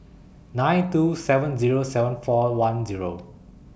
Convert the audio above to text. nine two seven Zero seven four one Zero